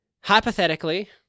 hypothetically